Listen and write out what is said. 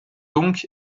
donc